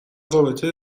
رابطه